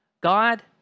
God